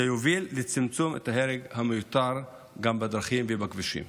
זה יביא לצמצום ההרג המיותר גם בדרכים ובכבישים.